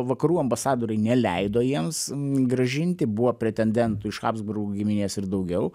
vakarų ambasadoriai neleido jiems grąžinti buvo pretendentų iš habsburgų giminės ir daugiau